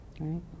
Right